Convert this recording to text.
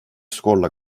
skorla